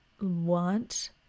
want